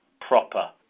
proper